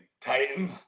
Titans